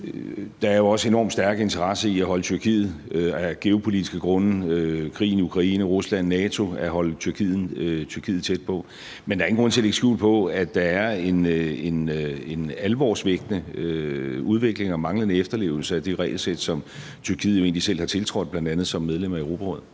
der er også enormt stærke interesser i at holde Tyrkiet tæt på af geopolitiske grunde, f.eks. krigen i Ukraine og i forhold til Rusland og NATO, men der er ingen grund til at lægge skjul på, at der er en alvorsvækkende udvikling og manglende efterlevelse af det regelsæt, som Tyrkiet jo egentlig selv har tiltrådt bl.a. som medlem af Europarådet.